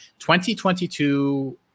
2022